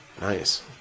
Nice